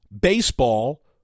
baseball